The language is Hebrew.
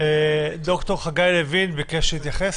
פרופ' חגי לוין ביקש להתייחס.